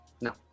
No